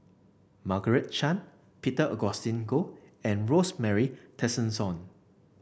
Margaret Chan Peter Augustine Goh and Rosemary Tessensohn